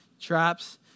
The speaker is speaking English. traps